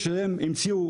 שהמציאו,